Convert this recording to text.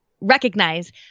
recognize